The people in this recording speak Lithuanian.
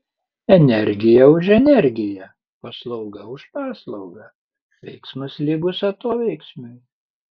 energija už energiją paslauga už paslaugą veiksmas lygus atoveiksmiui